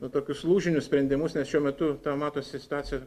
nu tokius lūžinius sprendimus nes šiuo metu ta matosi situacija